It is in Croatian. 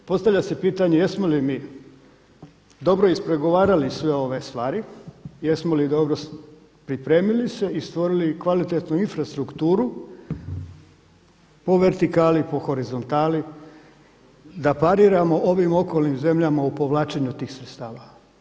Postavlja se pitanje jesmo li dobro ispregovarali sve ove stvari, jesmo li dobro pripremili se i stvorili kvalitetnu infrastrukturu po vertikali po horizontali da pariramo ovim okolnim zemljama u povlačenju tih sredstava.